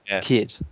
kid